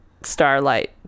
starlight